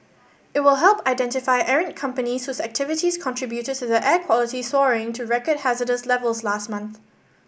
it will help identify errant companies whose activities contributed to the air quality soaring to record hazardous levels last month